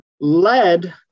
led